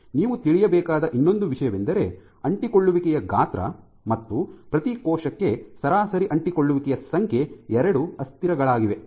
ನೀವು ತಿಳಿಯಬೇಕಾದ ಇನ್ನೊಂದು ವಿಷಯವೆಂದರೆ ಅಂಟಿಕೊಳ್ಳುವಿಕೆಯ ಗಾತ್ರ ಮತ್ತು ಪ್ರತಿ ಕೋಶಕ್ಕೆ ಸರಾಸರಿ ಅಂಟಿಕೊಳ್ಳುವಿಕೆಯ ಸಂಖ್ಯೆ ಎರಡು ಅಸ್ಥಿರಗಳಾಗಿವೆ